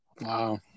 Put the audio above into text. Wow